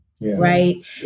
right